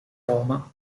roma